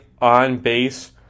on-base